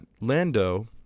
Lando